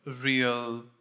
real